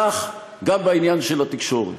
כך גם בעניין של התקשורת.